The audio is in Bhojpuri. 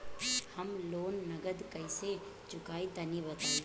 हम लोन नगद कइसे चूकाई तनि बताईं?